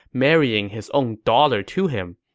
marrying his own daughter to him.